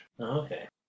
okay